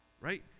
right